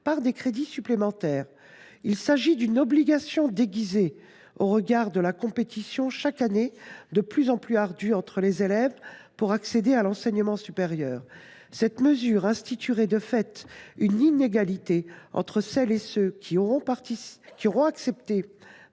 par des crédits supplémentaires. Il s’agit d’une obligation déguisée au regard de la compétition chaque année de plus en plus ardue entre les élèves pour accéder à l’enseignement supérieur. Cette mesure instituerait de fait une inégalité entre celles et ceux qui auront accepté